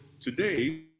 today